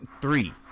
Three